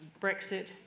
Brexit